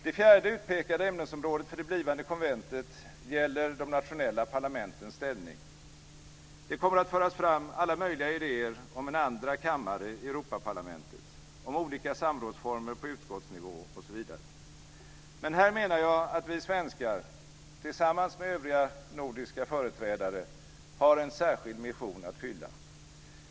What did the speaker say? Det fjärde utpekade ämnesområdet för det blivande konventet gäller de nationella parlamentens ställning. Det kommer att föras fram alla möjliga idéer om en andra kammare i Europaparlamentet, om olika samrådsformer på utskottsnivå o.s.v. Men här menar jag att vi svenskar - tillsammans med övriga nordiska företrädare - har en särskild mission att fylla.